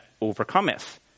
overcometh